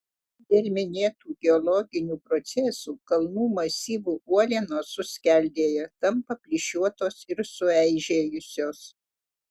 dėl minėtų geologinių procesų kalnų masyvų uolienos suskeldėja tampa plyšiuotos ir sueižėjusios